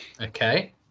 Okay